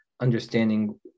understanding